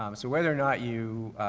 um so whether or not you,